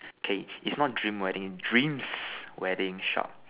okay it's one dream wedding dreams wedding shop